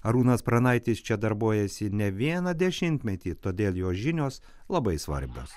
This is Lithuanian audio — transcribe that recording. arūnas pranaitis čia darbuojasi ne vieną dešimtmetį todėl jo žinios labai svarbios